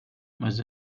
mas